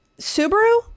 Subaru